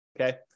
okay